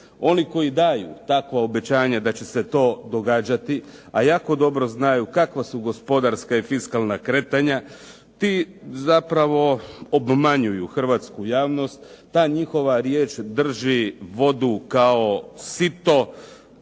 Oni koji daju takva obećanja da će se to događati a jako dobro znaju kakva su gospodarska i fiskalna kretanja ti zapravo obmanjuju hrvatsku javnost, ta njihova riječ drži vodu kao sito,